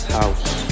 House